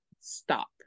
stop